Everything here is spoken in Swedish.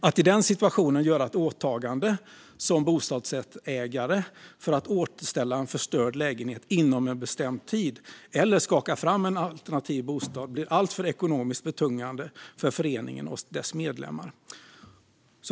Att i den situationen göra ett åtagande som bostadsrättsägare för att återställa en förstörd lägenhet inom en bestämd tid, eller skaka fram en alternativ bostad, blir alltför ekonomiskt betungande för föreningen och dess medlemmar.